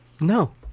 No